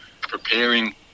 preparing